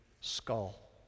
skull